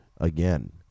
again